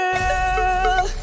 Girl